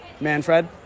Manfred